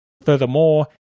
Furthermore